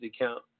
account